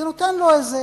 זה נותן לו איזו